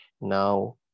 now